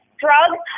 drugs